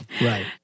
Right